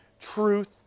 truth